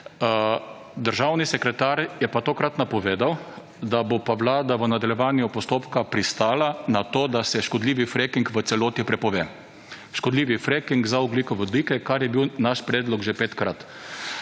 državni sekretar je pa tokrat napovedal, da bo pa vlada v nadaljevanju postopka pristala na to, da se škodljivi fracking v celoti prepove. Škodljivi fracking za ogljikovodike, kar je bil naš predlog že petkrat.